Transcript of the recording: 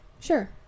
sure